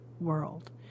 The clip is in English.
world